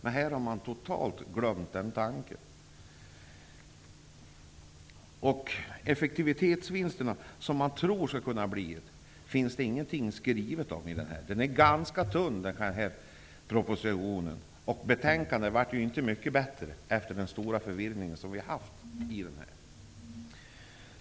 Man tror att det skall kunna bli effektivitetsvinster här. Det finns inget skrivet om detta i propositionen. Den är ganska tunn. Betänkandet blev inte mycket bättre efter den stora förvirring som varit här.